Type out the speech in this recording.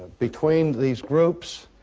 between these groups.